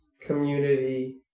community